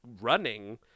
running